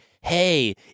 hey